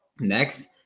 Next